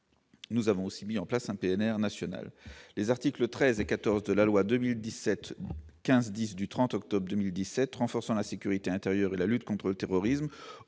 Nous avons aussi mis en place un PNR national. Les articles 13 et 14 de la loi n° 2017-1510 du 30 octobre 2017 renforçant la sécurité intérieure et la lutte contre le terrorisme